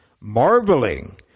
Marveling